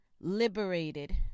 liberated